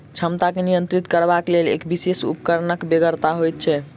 क्षमता के नियंत्रित करबाक लेल एक विशेष उपकरणक बेगरता होइत छै